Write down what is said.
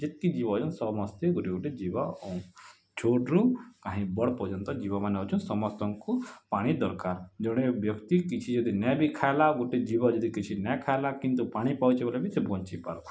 ଯେତ୍କି ଜୀବ ଅଛନ୍ ସମସ୍ତେ ଗୋଟେ ଗୋଟେ ଜୀବ ଛୋଟ୍ ରୁ କାହିଁ ବଡ଼୍ ପର୍ଯନ୍ତ ଜୀବମାନେ ଅଛନ୍ ସମସ୍ତଙ୍କୁ ପାଣି ଦରକାର୍ ଜଣେ ବ୍ୟକ୍ତି କିଛି ଯଦି ନାଇଁ ବି ଖାଏଲା ଗୋଟେ ଜୀବ ଯଦି କିଛି ନାଇଁ ଖାଏଲା କିନ୍ତୁ ପାଣି ପାଉଚି ବୋଲେ ବି ସେ ବଞ୍ଚିପାରିବା